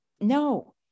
no